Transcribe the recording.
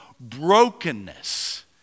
brokenness